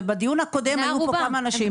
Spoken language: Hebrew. ובדיון הקודם היו פה כמה אנשים --- הם